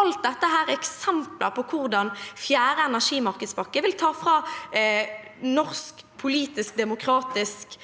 Alt dette er eksempler på hvordan fjerde energimarkedspakke vil ta fra norsk politisk demokratisk